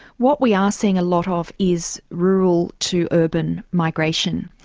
what we are seeing a lot ah of is rural to urban migration.